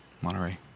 Monterey